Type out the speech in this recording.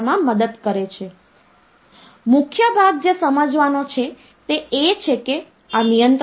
તેથી તે શક્ય નથી અને તો તે માન્ય નંબર સિસ્ટમ નથી